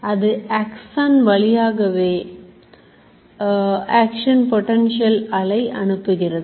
அது axon வழியாகவே action potential அலை அனுப்புகிறது